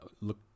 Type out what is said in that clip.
look